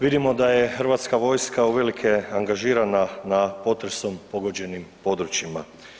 Vidimo da je Hrvatska vojska uvelike angažirana na potresom pogođenim područjima.